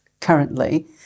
currently